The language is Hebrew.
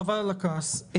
חבל על הכעס מסיבה פשוטה,